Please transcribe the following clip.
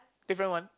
different one